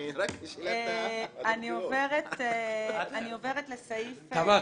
אני עוברת לסעיף --- תמר,